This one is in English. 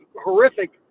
horrific